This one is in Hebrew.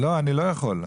לא, אני לא יכול.